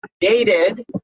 dated